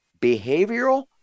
behavioral